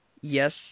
yes